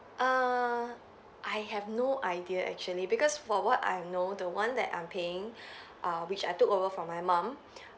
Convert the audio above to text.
uh I have no idea actually because for what I know the one that I'm paying err which I took over from my mom